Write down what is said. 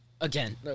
Again